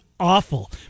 Awful